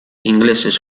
ingleses